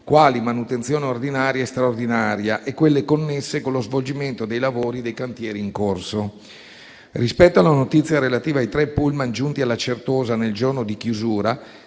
quali manutenzione ordinaria e straordinaria e di quelle connesse con lo svolgimento dei lavori dei cantieri in corso. Rispetto alla notizia relativa ai tre pullman giunti alla Certosa nel giorno di chiusura,